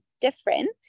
different